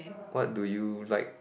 what do you like